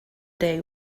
day